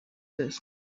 disk